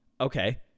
Okay